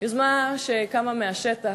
יוזמה שקמה מהשטח,